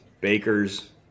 bakers